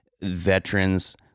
veterans